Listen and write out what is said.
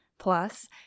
Plus